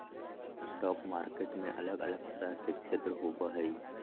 stock market में अलग अलग तरह के क्षेत्र होबो हइ